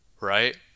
right